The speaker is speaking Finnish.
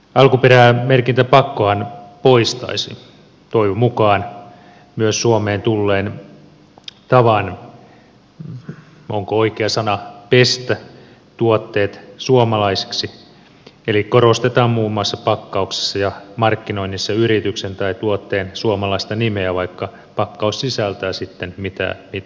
alkuperämerkintäpakkohan poistaisi toivon mukaan myös suomeen tulleen tavan onko oikea sana pestä tuotteet suomalaisiksi eli korostetaan muun muassa pakkauksissa ja markkinoinnissa yrityksen tai tuotteen suomalaista nimeä vaikka pakkaus sisältää sitten mitä sattuu